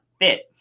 fit